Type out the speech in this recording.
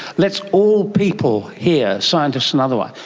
let's all people here, scientists and otherwise,